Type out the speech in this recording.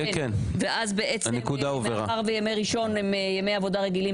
ואז בעצם מאחר שימי ראשון הם ימי עבודה רגילים